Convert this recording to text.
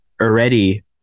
already